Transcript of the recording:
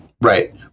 Right